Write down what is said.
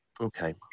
okay